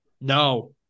No